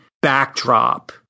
backdrop